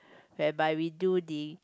whereby we do the